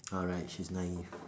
alright she is naive